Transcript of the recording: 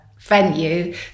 venue